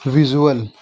visual